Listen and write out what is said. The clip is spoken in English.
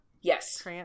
yes